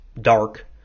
dark